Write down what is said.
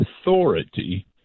authority